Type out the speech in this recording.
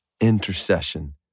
intercession